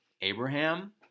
abraham